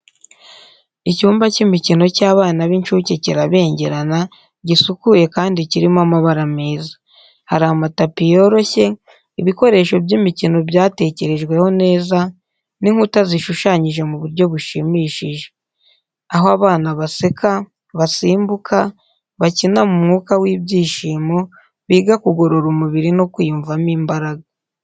Icyumba cy’imikino cy’abana b’incuke kirabengerana, gisukuye kandi kirimo amabara menshi. Hari amatapi yoroshye, ibikoresho by’imikino byatekerejweho neza, n’inkuta zishushanyije mu buryo bushimishije. Aho abana baseka, basimbuka, bakina mu mwuka w’ibyishimo, biga kugorora umubiri no kwiyumvamo imbaraga.